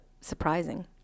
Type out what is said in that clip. surprising